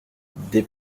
des